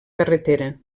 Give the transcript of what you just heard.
carretera